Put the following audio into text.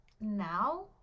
Now